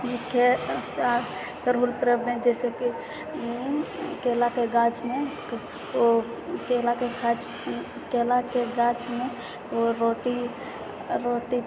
के सरहुल परबमे जैसेकि केलाके गाछमे ओ केलाके गाछमे केलाके गाछमे रोटी रोटी